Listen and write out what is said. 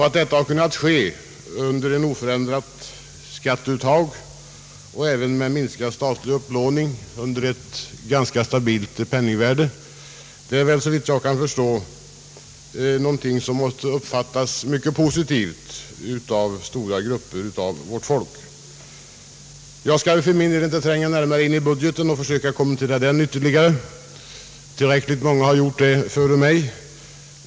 Att detta har kunnat ske med oförändrat skatteuttag och även med minskad statlig upplåning under ett ganska stabilt penningvärde är såvitt jag kan förstå någonting som måste uppfattas som mycket positivt av stora grupper av vårt folk. Jag skall för min del inte tränga närmare in i budgeten och försöka kommentera den ytterligare. Tillräckligt många har gjort det före mig.